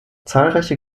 zahlreiche